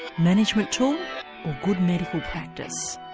management tool or good medical practice?